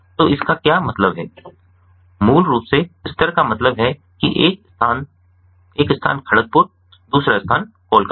तो इसका क्या मतलब है मूल रूप से स्तर का मतलब है कि एक स्थान एक स्थान खड़गपुर दूसरा स्थान कोलकाता